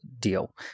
deal